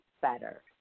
better